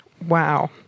Wow